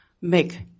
make